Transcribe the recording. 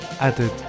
added